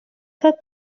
тот